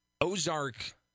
Ozark